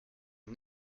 une